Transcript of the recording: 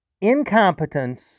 incompetence